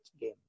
game